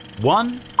one